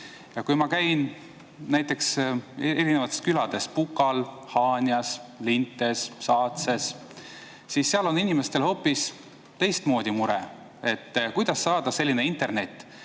Kui ma käin näiteks erinevates külades Pukal, Haanjas, Lintes, Saatses, siis seal on inimestel hoopis teistmoodi mure: kuidas saada selline internet,